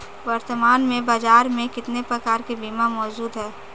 वर्तमान में बाज़ार में कितने प्रकार के बीमा मौजूद हैं?